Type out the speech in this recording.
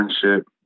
friendship